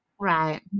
Right